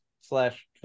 slash